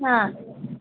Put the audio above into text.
ಹಾಂ